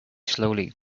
slowly